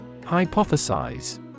Hypothesize